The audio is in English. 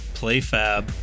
playfab